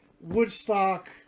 Woodstock